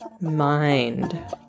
mind